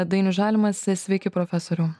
dainius žalimas sveiki profesoriau